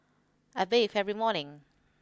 I bathe every morning